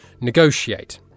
negotiate